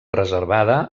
reservada